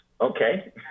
Okay